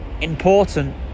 important